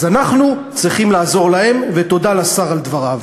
אז אנחנו צריכים לעזור להם, ותודה לשר על דבריו.